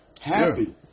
Happy